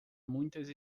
muitas